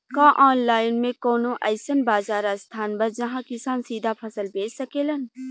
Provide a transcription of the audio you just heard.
का आनलाइन मे कौनो अइसन बाजार स्थान बा जहाँ किसान सीधा फसल बेच सकेलन?